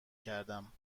کردم